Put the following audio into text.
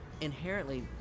inherently